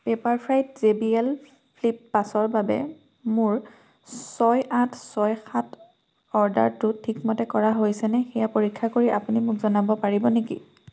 পেপাৰফ্ৰাইত J B L flip পাঁচৰ বাবে মোৰ ছয় আঠ ছয় সাত অৰ্ডাৰটো ঠিকমতে কৰা হৈছেনে সেয়া পৰীক্ষা কৰি আপুনি মোক জনাব পাৰিব নেকি